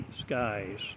skies